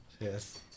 Yes